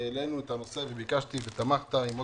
העלנו את הנושא וביקשתי ותמכת עם עוד